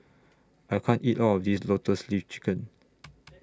I can't eat All of This Lotus Leaf Chicken